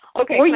okay